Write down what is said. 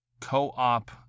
co-op